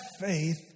faith